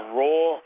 raw